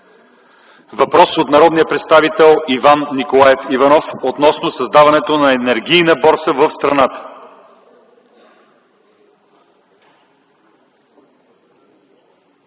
Въпрос от народния представител Иван Николаев Иванов относно създаването на енергийна борса в страната.